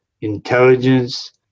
intelligence